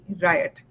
riot